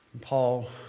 Paul